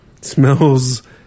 Smells